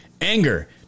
anger